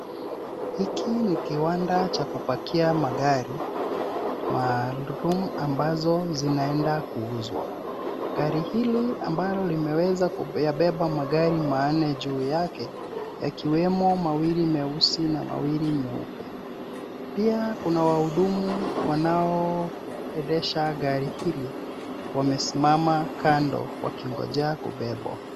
Hiki ni kiwanda cha kupakia magari maalum ambazo zinaenda kuuzwa. Gari hili ambalo limeweza kuyabeba magari manne juu yake yakiwemo mawili meusi na mawili nyeupe. Pia kuna wahudumu wanaoendesha gari hili wamesimama kando wakingojea kubebwa